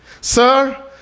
Sir